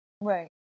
Right